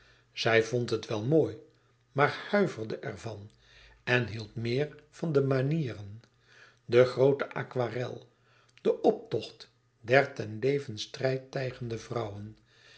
zij vond het wel mooi maar huiverde ervan en hield meer van de banieren de groote aquarel de optocht der ten levensstrijd tijgende vrouwen